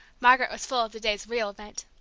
margaret was full of the day's real event.